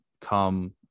come